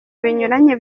binyuranye